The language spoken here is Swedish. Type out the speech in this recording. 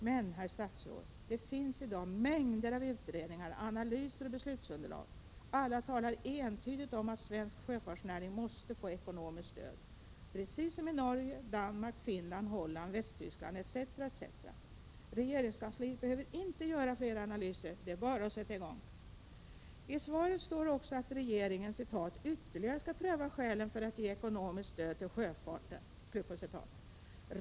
Men, herr statsråd, det finns i dag mängder av utredningar, analyser och beslutsunderlag, och alla talar entydigt om att svensk sjöfartsnäring måste få ekonomiskt stöd — precis som i Norge, Danmark, Finland, Holland, Västtyskland m.fl. Regeringskansliet behöver inte göra fler analyser, utan det är bara att sätta i gång. I svaret står också att regeringen skall ”ytterligare pröva skälen för att ge ekonomiskt stöd till sjöfartsnäringen”.